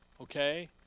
Okay